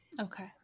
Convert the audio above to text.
Okay